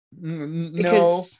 No